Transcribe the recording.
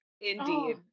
Indeed